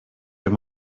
your